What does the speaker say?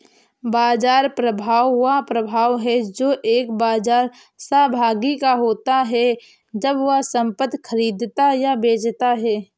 बाजार प्रभाव वह प्रभाव है जो एक बाजार सहभागी का होता है जब वह संपत्ति खरीदता या बेचता है